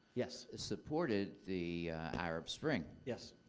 yes. ah supported the arab spring. yes.